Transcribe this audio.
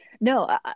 No